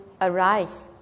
arise